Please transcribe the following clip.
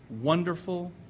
Wonderful